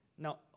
Now